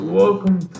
welcome